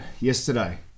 Yesterday